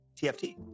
tft